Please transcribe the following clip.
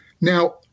Now